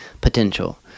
potential